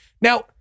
Now